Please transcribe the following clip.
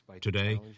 Today